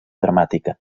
dramàtica